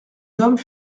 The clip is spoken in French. hommes